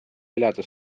elada